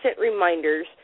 reminders